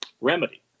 remedy